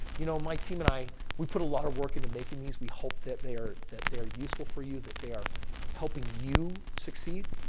you know, my team and i, we a lot of work into making these we hope that they are. that they're useful for you. that they are helping you succeed.